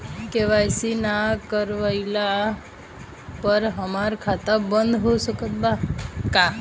KYC ना करवाइला पर हमार खाता बंद हो सकत बा का?